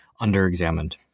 underexamined